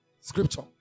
Scripture